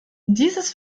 dieses